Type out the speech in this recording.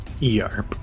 Yarp